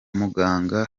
muganga